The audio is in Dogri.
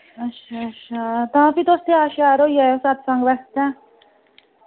अच्छा अच्छा तां फ्ही तुस त्यार श्यार होई जायो सतसंग वास्तै